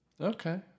Okay